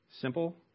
simple